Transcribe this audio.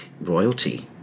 royalty